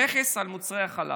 מכס על מוצרי החלב.